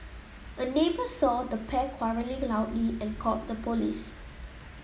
a neighbour saw the pair quarrelling loudly and called the police